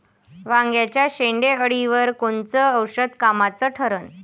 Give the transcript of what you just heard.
वांग्याच्या शेंडेअळीवर कोनचं औषध कामाचं ठरन?